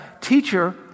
teacher